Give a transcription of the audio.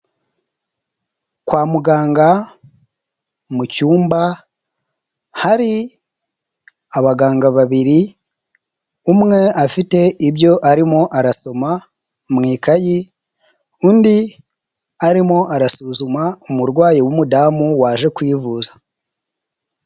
Kwa muganga mu cyumba hari abaganga babiri, umwe afite ibyo arimo arasoma mu ikayi, undi arimo arasuzuma umurwayi w'umudamu waje kwivuza.